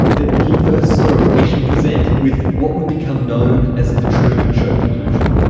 that he first saw a patient present with what would become known as the truman show delusion.